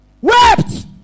Wept